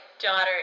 daughter